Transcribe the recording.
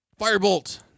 Firebolt